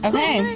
Okay